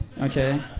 okay